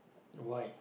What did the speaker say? why